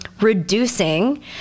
reducing